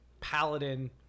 paladin